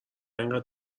اینقدر